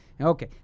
Okay